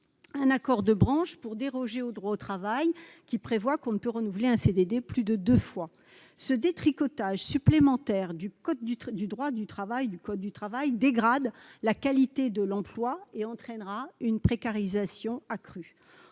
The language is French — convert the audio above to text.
un accord de branche pour déroger au droit du travail, qui prévoit qu'on ne peut renouveler un CDD plus de deux fois. Ce détricotage supplémentaire du code du travail dégrade la qualité de l'emploi et entraînera une précarisation accrue.